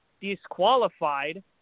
disqualified